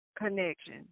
connection